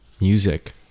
music